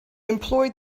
employed